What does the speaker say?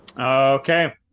Okay